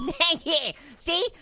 thank you. see.